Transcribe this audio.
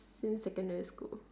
since secondary school